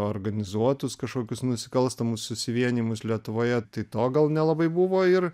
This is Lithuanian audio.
organizuotus kažkokius nusikalstamus susivienijimus lietuvoje tai to gal nelabai buvo ir